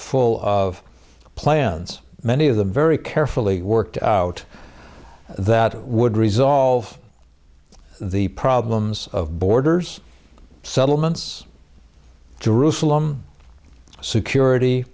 full of plans many of them very carefully worked out that would resolve the problems of borders settlements jerusalem security